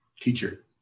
teacher